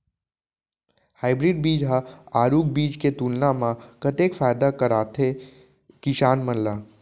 Hybrid बीज हा आरूग बीज के तुलना मा कतेक फायदा कराथे किसान मन ला?